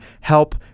help